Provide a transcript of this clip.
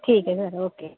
ਠੀਕ ਹੈ sir okay